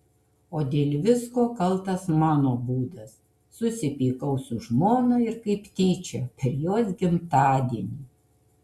o dėl visko kaltas mano būdas susipykau su žmona ir kaip tyčia per jos gimtadienį